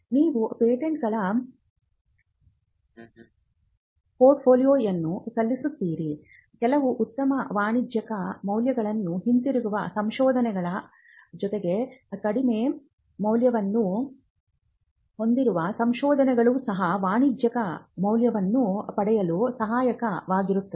ನೀವು ಪೇಟೆಂಟ್ಗಳ ಪೋರ್ಟ್ಫೋಲಿಯೊವನ್ನು ಸಲ್ಲಿಸುತ್ತಿದ್ದರೆ ಕೆಲವು ಉತ್ತಮ ವಾಣಿಜ್ಯಿಕ ಮೌಲ್ಯಗಳನ್ನು ಹೊಂದಿರುವ ಸಂಶೋಧನೆಗಳ ಜೊತೆಗೆ ಕಡಿಮೆ ಮೌಲ್ಯವನ್ನು ಹೊಂದಿರುವ ಸಂಶೋಧನೆಗಳು ಸಹ ವಾಣಿಜ್ಜಿಕ ಮೌಲ್ಯವನ್ನು ಪಡೆಯಲು ಸಹಾಯಕವಾಗುತ್ತದೆ